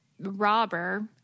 robber